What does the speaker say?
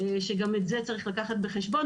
וגם את זה צריך לקחת בחשבון,